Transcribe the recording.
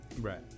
Right